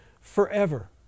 forever